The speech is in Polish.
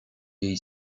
jej